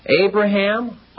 Abraham